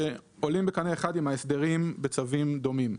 שעולים בקנה אחד עם ההסדרים בצווים דומים.